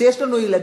שיש לנו ילדים,